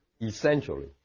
essentially